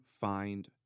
find